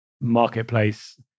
marketplace